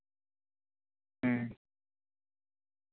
ᱦᱮᱸ